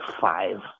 five